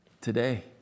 Today